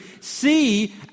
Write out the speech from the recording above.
see